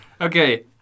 Okay